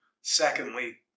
Secondly